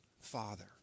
father